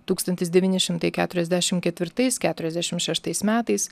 tūkstantis devyni šimtai keturiasdešimt ketvirtais keturiasdešimt šeštais metais